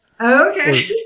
Okay